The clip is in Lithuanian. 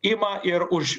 ima ir už